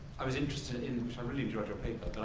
i was interested in i really enjoyed your paper,